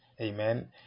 amen